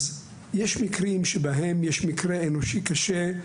אז יש מקרים שבהם יש מקרה אנושי קשה,